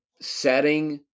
setting